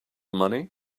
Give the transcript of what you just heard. money